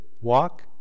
walk